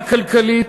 גם כלכלית,